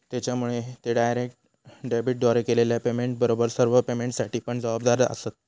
त्येच्यामुळे ते डायरेक्ट डेबिटद्वारे केलेल्या पेमेंटबरोबर सर्व पेमेंटसाठी पण जबाबदार आसंत